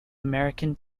american